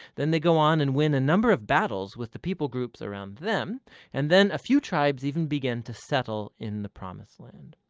then they go on and win a number of battles with the people groups around them and then a few tribes even begin to settle in the promised land.